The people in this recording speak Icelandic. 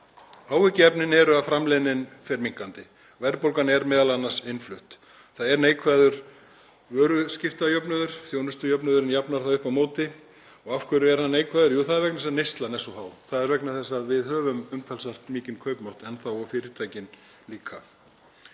Áhyggjuefnin eru að framleiðni fer minnkandi, verðbólgan er m.a. innflutt, það er neikvæður vöruskiptajöfnuður — þjónustujöfnuðurinn jafnar hann upp á móti — og af hverju er hann neikvæður? Jú, það er vegna þess að neyslan er svo mikil, það er vegna þess að við höfum umtalsvert mikinn kaupmátt enn þá og fyrirtækin líka.